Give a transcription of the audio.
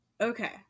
Okay